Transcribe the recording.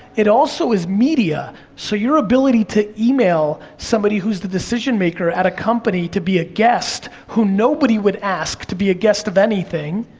it also is media, so your ability to email somebody who's the decision maker at a company to be a guest, who nobody would ask to be a guest of anything,